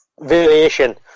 variation